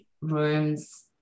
rooms